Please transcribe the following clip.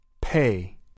Pay